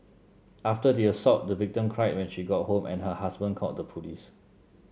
after the assault the victim cried when she got home and her husband called the police